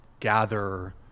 Gather